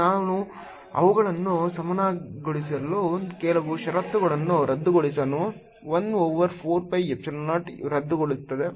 ನಾನು ಅವುಗಳನ್ನು ಸಮಾನಗೊಳಿಸಿದರೆ ಕೆಲವು ಷರತ್ತುಗಳನ್ನು ರದ್ದುಗೊಳಿಸೋಣ 1 ಓವರ್ 4 pi ಎಪ್ಸಿಲಾನ್ 0 ರದ್ದುಗೊಳ್ಳುತ್ತದೆ